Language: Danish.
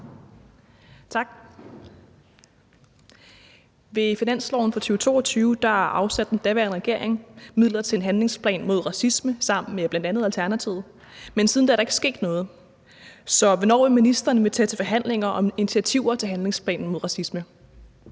Ved finansloven for 2022 afsatte den daværende regering midler til en handlingsplan mod racisme sammen med bl.a. Alternativet, men siden da er der ikke sket noget, så hvornår vil ministeren invitere til forhandlinger om initiativer til handlingsplanen mod racisme?